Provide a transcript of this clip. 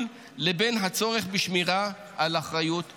לבין הצורך בשמירה על אחריות תקציבית.